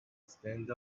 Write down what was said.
stand